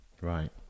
Right